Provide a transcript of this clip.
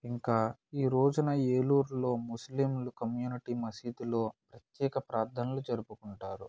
ఇంకా ఈ రోజున ఏలూరు లో ముస్లింలు కమ్యూనిటీ మసీదులో ప్రత్యేక ప్రార్థనలు జరుపుకుంటారు